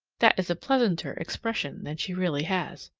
that is a pleasanter expression than she really has.